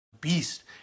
beast